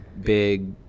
big